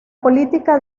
política